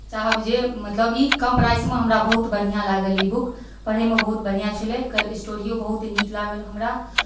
चाहब जे मतलब ई कम प्राइस मऽ हमरा बहुत बढ़िआँ लागल ई बुक पढ़ैमे बहुत बढ़िआँ छलै एकर स्टोरिओ बहुत नीक लागल हमरा